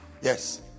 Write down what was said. Yes